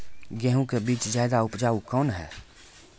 गेहूँ के बीज ज्यादा उपजाऊ कौन है?